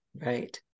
Right